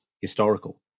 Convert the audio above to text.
historical